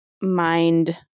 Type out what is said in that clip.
mind